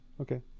Okay